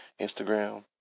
Instagram